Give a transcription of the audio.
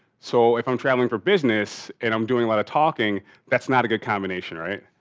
so, if i'm traveling for business and i'm doing a lot of talking that's not a good combination. alright,